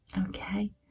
okay